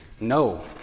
No